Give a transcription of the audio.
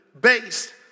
based